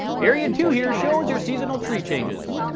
area two here shows your seasonal tree changes.